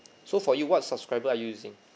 so for you what subscriber are using